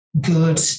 Good